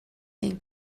این